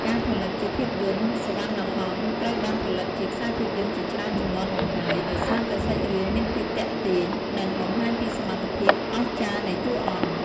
ការផលិតជាភាពយន្ត "សុវណ្ណាហង្ស" ត្រូវបានផលិតជាខ្សែភាពយន្តជាច្រើនជំនាន់មកហើយ ដោយសារតែសាច់រឿងមានភាពទាក់ទាញ និងបង្ហាញពីសមត្ថភាពអស្ចារ្យនៃតួអង្គ។